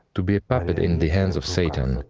to be a puppet in the hands of satan,